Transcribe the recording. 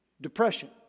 depression